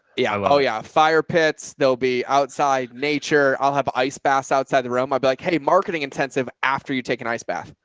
yeah. oh yeah. fire pits. there'll be outside nature. i'll have ice baths outside the room. i'd be like, hey, marketing intensive. after you take an ice bath.